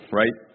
right